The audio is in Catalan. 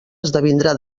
esdevindrà